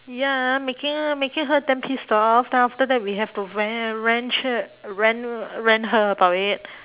ya making her making her damn pissed off then after that we have to ran~ ranch her rant rant her about it